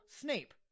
Snape